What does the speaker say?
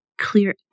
clear